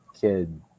kid